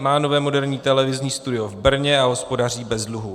Má nové moderní televizní studio v Brně a hospodaří bez dluhů.